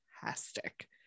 fantastic